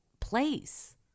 place